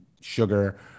sugar